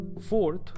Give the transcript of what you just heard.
fourth